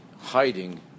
hiding